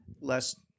Less